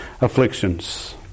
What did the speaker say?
afflictions